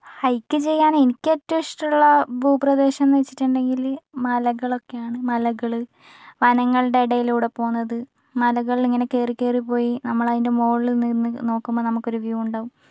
hike ചെയ്യാൻ എനിക്കേറ്റവും ഇഷ്ടമുള്ള ഭൂപ്രദേശം എന്നു വച്ചിട്ടുണ്ടെങ്കിൽ മലകളൊക്കെയാണ് മലകൾ വനങ്ങളുടെ ഇടയിലൂടെ പോകുന്നത് മലകളിൽ ഇങ്ങനെ കയറിക്കയറിപ്പോയി നമ്മളതിൻ്റെ മുകളിൽ നിന്ന് നോക്കുമ്പം നമുക്കൊരു വ്യൂ ഉണ്ടാവും